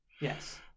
Yes